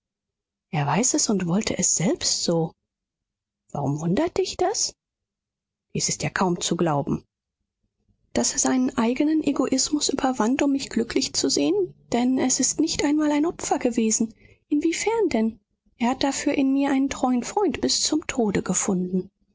er weiß es und wollte es selbst so warum wundert dich das dies ist ja kaum zu glauben daß er seinen eigenen egoismus überwand um mich glücklich zu sehen denn es ist nicht einmal ein opfer gewesen inwiefern denn er hat dafür in mir einen treuen freund bis zum tode gefunden